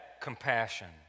compassion